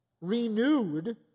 renewed